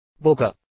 Boca